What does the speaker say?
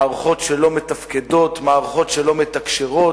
מערכות שלא מתפקדות, מערכות שלא מתקשרות,